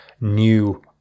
new